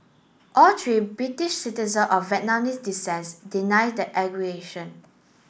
all three British citizen of Vietnamese descent deny the